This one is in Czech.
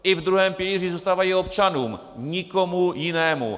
I ve druhém pilíři zůstávají občanům, nikomu jinému!